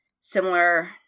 similar